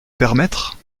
permettre